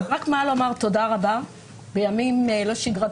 על שנענית לבקשתי לקיים את הדיון בימים לא שגרתיים